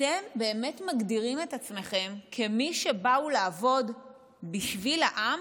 אתם באמת מגדירים את עצמכם כמי שבאו לעבוד בשביל העם?